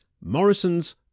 Morrison's